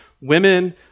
Women